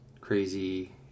crazy